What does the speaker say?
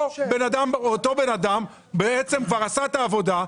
אותו בן אדם כבר עשה את העבודה,